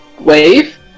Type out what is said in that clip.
Wave